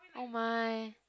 oh my